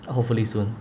uh hopefully soon